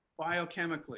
Biochemically